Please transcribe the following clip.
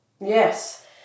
Yes